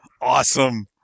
Awesome